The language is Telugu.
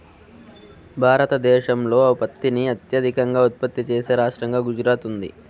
భారతదేశంలో పత్తిని అత్యధికంగా ఉత్పత్తి చేసే రాష్టంగా గుజరాత్ ఉంది